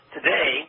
Today